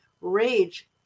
rage